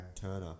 Turner